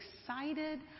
excited